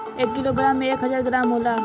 एक किलोग्राम में एक हजार ग्राम होला